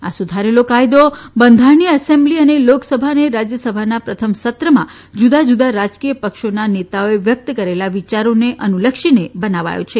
આ સુધારેલો કાયદો બંધારણીય એસેમ્બ્લી અને લોકોસભા અને રાજ્યસભાના પ્રથમ સત્રમાં જુદા જુદા રાજકીય પક્ષોના નેતાઓએ વ્યક્ત કરેલા વિચારોને અનુલક્ષીને બનાવાયો છે